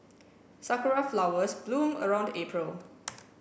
sakura flowers bloom around April